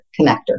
connector